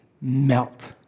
melt